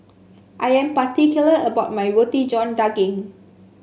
I am particular about my Roti John Daging